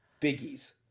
biggies